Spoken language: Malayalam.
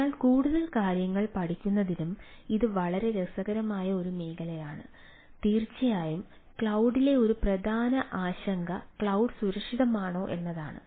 അതിനാൽ കൂടുതൽ കാര്യങ്ങൾ പഠിക്കുന്നതിനും ഇത് വളരെ രസകരമായ ഒരു മേഖലയാണ് അതിനാൽ തീർച്ചയായും ക്ലൌഡിലെ ഒരു പ്രധാന ആശങ്ക ക്ലൌഡ് സുരക്ഷിതമാണോ എന്നതാണ്